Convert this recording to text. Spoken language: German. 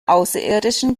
außerirdischen